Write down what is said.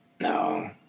No